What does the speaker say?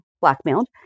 blackmailed